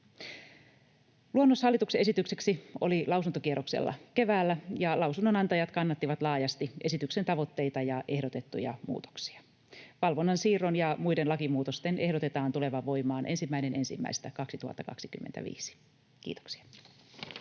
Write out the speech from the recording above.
Luonnos hallituksen esitykseksi oli lausuntokierroksella keväällä, ja lausunnonantajat kannattivat laajasti esityksen tavoitteita ja ehdotettuja muutoksia. Valvonnan siirron ja muiden lakimuutosten ehdotetaan tulevan voimaan 1.1.2025. — Kiitoksia.